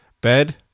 bed